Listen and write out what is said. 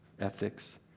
ethics